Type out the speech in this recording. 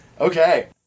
okay